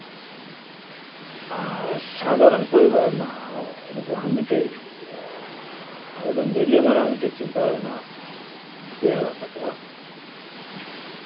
ᱟᱨ ᱥᱟᱫᱷᱟᱨᱚᱱ ᱯᱚᱨᱤᱵᱟᱨ ᱨᱮᱱᱟᱜ ᱦᱚᱸ ᱩᱱᱠᱩᱣᱟᱜ ᱦᱚᱸ ᱢᱤᱫᱴᱮᱱ ᱮᱠᱫᱚᱢ ᱨᱤᱞᱟᱹᱢᱟᱞᱟ ᱢᱤᱫᱴᱮᱱ ᱪᱤᱱᱛᱟᱹ ᱵᱷᱟᱵᱽᱱᱟ ᱛᱮᱭᱟᱨᱚᱜ ᱛᱟᱠᱚᱣᱟ